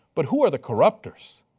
but who are the corrupters?